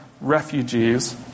refugees